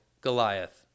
Goliath